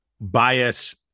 bias